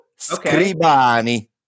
Scribani